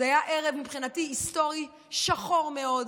מבחינתי, זה היה ערב היסטורי שחור מאוד.